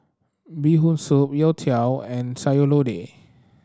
Bee Hoon Soup youtiao and Sayur Lodeh